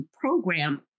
program